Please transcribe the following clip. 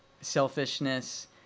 selfishness